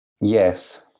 Yes